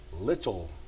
Little